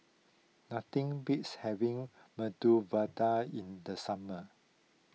nothing beats having Medu Vada in the summer